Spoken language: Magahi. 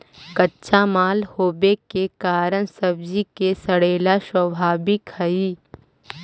कच्चा माल होवे के कारण सब्जि के सड़ेला स्वाभाविक हइ